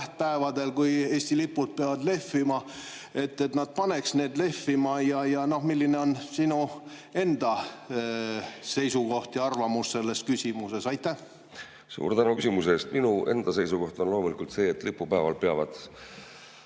tähtpäevadel, kui Eesti lipud peavad lehvima, inimesed paneks need lehvima? Milline on sinu enda seisukoht ja arvamus selles küsimuses? Suur tänu küsimuse eest! Minu enda seisukoht on loomulikult see, et lipupäeval peavad,